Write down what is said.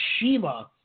Shima